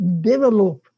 develop